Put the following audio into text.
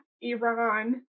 Iran